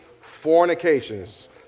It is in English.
fornications